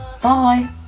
Bye